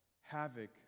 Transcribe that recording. havoc